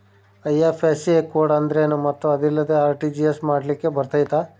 IFSC code ಅಂದ್ರೇನು ಮತ್ತು ಅದಿಲ್ಲದೆ ಆರ್.ಟಿ.ಜಿ.ಎಸ್ ಮಾಡ್ಲಿಕ್ಕೆ ಬರ್ತೈತಾ?